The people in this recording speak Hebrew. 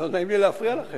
נעים לי להפריע לכם.